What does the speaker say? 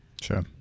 Sure